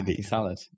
Salad